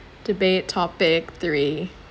debate topic three